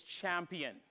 champion